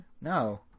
No